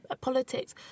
politics